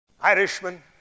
Irishman